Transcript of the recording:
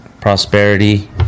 prosperity